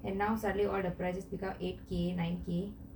and now suddenly all the prices become eight K nine K